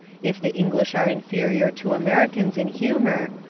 if the english are inferior to americans in humour,